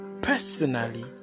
personally